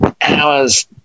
hours